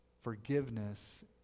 forgiveness